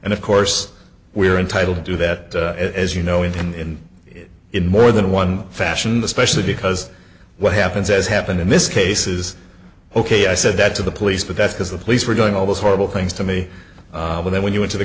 and of course we are entitled to do that as you know in in more than one fashioned especially because what happens as happened in this case is ok i said that to the police but that's because the police were doing all those horrible things to me but then when you went to the